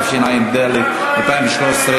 התשע"ד 2013,